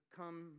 come